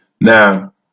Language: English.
Now